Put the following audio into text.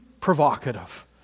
provocative